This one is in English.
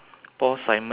uh two